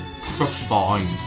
profound